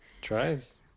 Tries